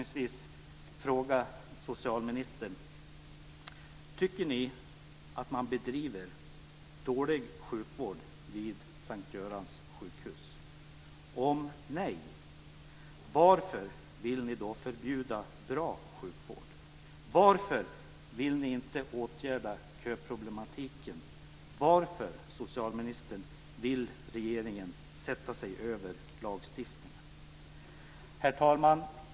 Görans sjukhus? Om nej - varför vill ni då förbjuda bra sjukvård? Varför vill ni inte åtgärda köproblematiken? Varför vill regeringen sätta sig över lagstiftningen, socialministern? Herr talman!